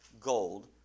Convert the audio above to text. gold